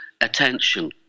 attention